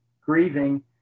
grieving